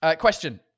Question